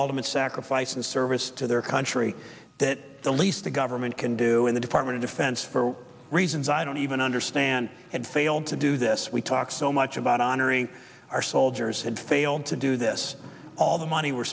ultimate sacrifice and service to their country that the least the government can do in the department of defense for reasons i don't even understand and failed to do this we talk so much about honoring our soldiers had failed to do this all the money we're